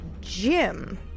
Jim